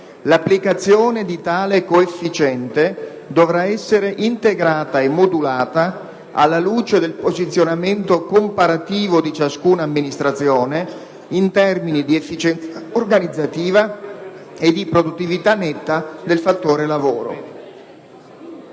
L'applicazione di tale coefficiente dovrà essere integrata e modulata alla luce del posizionamento comparativo di ciascuna amministrazione in termini di efficienza organizzativa e di produttività netta del fattore lavoro.